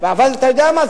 אבל אתה יודע מה,